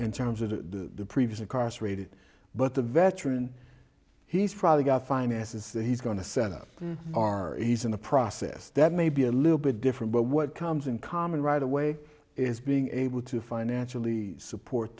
in terms of the previous incarcerated but the veteran he's probably got finances that he's going to set up are he's in the process that may be a little bit different but what comes in common right away is being able to financially support